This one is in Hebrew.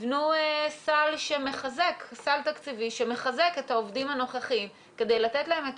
תבנו סל תקציבי שמחזק את העובדים הנוכחיים כדי לתת להם את